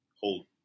hold